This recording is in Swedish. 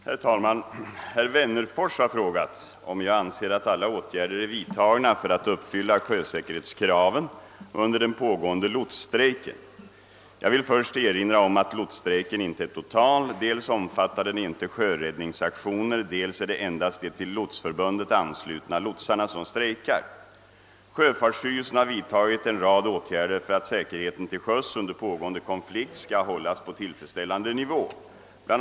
Herr talman! Herr Wennerfors har frågat, om jag anser att alla åtgärder är vidtagna för att uppfylla sjösäkerhetskraven under den pågående lotsstrejken. Jag vill först erinra om att lotsstrejken inte är total. Dels omfattar den inte sjöräddningsaktioner, dels är det endast de till Lotsförbundet anslutna lotsarna som strejkar. Sjöfartsstyrelsen har vidtagit en rad åtgärder för att säkerheten till sjöss under pågående konflikt skall hållas på tillfredsställande nivå. Bl.